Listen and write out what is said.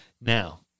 Now